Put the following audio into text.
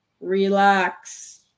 relax